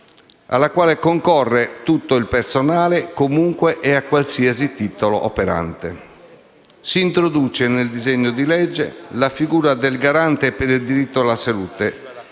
alla quale concorre tutto il personale, comunque e a qualsiasi titolo operante. Si introduce nel disegno di legge la figura del garante per il diritto alla salute,